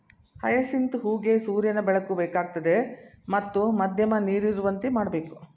hyacinth ಹೂಗೆ ಸೂರ್ಯನ ಬೆಳಕು ಬೇಕಾಗ್ತದೆ ಮತ್ತು ಮಧ್ಯಮ ನೀರಿರುವಂತೆ ಮಾಡ್ಬೇಕು